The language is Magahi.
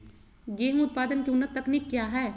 गेंहू उत्पादन की उन्नत तकनीक क्या है?